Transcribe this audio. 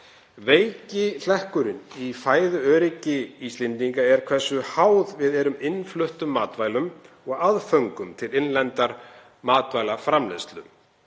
Veiki hlekkurinn í fæðuöryggi Íslendinga er hversu háð við erum innfluttum matvælum og aðföngum til innlendrar matvælaframleiðslu.